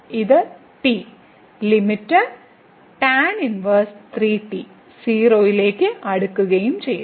ഇത് t limit tan 1 0 ലേക്ക് അടുക്കുകയും ചെയ്യുന്നു